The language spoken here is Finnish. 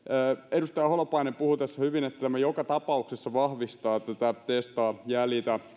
edustaja holopainen puhui tässä hyvin että tämä joka tapauksessa vahvistaa tätä testaa ja jäljitä